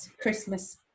Christmas